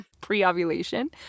pre-ovulation